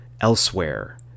Elsewhere